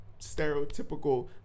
Stereotypical